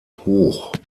hoch